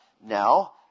now